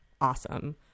awesome